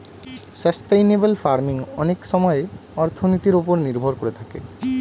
sustainable farming অনেক সময়ে অর্থনীতির ওপর নির্ভর করে থাকে